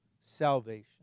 salvation